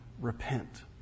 repent